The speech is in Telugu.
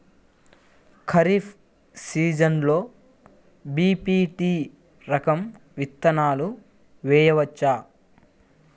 ఖరీఫ్ సీజన్లో బి.పీ.టీ రకం విత్తనాలు వేయవచ్చా?